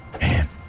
Man